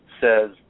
says